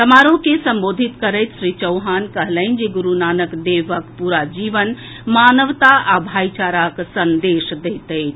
समारोह के संबोधित करैत श्री चौहान कहलनि जे गुरूनानक देवक प्ररा जीवन मानवता आ भाईचाराक संदेश दैत अछि